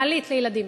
מעלית לילדים.